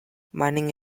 mining